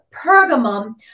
pergamum